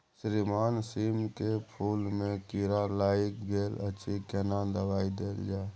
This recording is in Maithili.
श्रीमान सीम के फूल में कीरा लाईग गेल अछि केना दवाई देल जाय?